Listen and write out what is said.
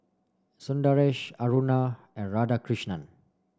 Sundaresh Aruna and Radhakrishnan